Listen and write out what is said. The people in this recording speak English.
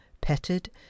petted